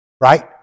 right